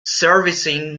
servicing